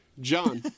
John